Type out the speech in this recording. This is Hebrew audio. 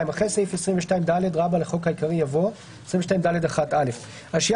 2. אחרי סעיף 22ד לחוק העיקרי יבוא: 22ד1. (א)השהייה